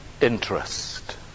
interest